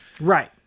right